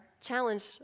challenge